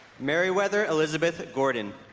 merriweather elizabeth gordon